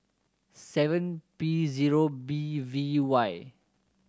seven P zero B V Y